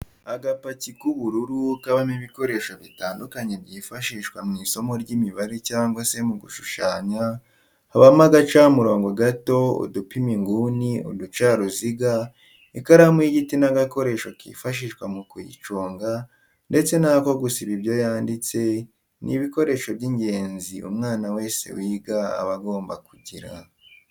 Agapaki k'ubururu kabamo ibikoresho bitandukanye byifashishwa mw'isomo ry'imibare cyangwa se mu gushushanya habamo agacamurobo gato, udupima inguni, uducaruziga ,ikaramu y'igiti n'agakoresho kifashishwa mu kuyiconga ndetse n'ako gusiba ibyo yanditse, ni ibikoresho by'ingenzi umwana wese wiga aba agomba kugira.